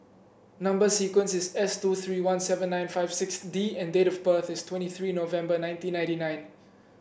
number sequence is S two three one seven nine five six D and date of birth is twenty three November nineteen ninety nine